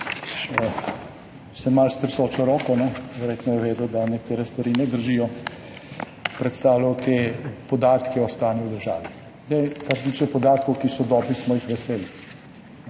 z malo tresočo roko, verjetno je vedel, da nekatere stvari ne držijo, predstavljal te podatke o stanju v državi. Kar se tiče podatkov, ki so dobri, smo jih veseli.